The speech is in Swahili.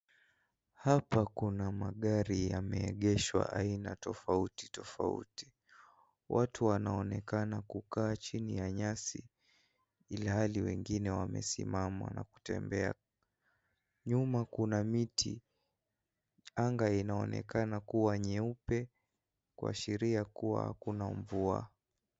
Hapa kuna magari yameegeshwa aina tofauti tofauti. Watu wanaonekana kukaa chini ya nyasi ilhali wengine wamesimama na kutembea, nyuma kuna miti anga inaonekana kuwa nyeupe kuashiria kuwa hakuna mvua.